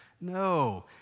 No